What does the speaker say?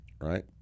right